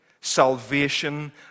Salvation